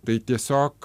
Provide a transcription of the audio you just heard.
tai tiesiog